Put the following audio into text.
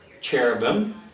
cherubim